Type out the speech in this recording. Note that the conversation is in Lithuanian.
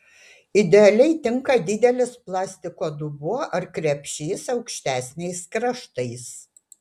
idealiai tinka didelis plastiko dubuo ar krepšys aukštesniais kraštais